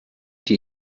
die